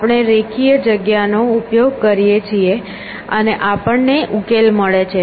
આપણે રેખીય જગ્યા નો ઉપયોગ કરીએ છે અને આપણને ઉકેલ મળે છે